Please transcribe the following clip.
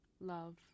love